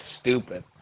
stupid